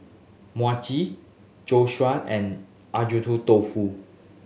Mochi Zosui and Agedashi Dofu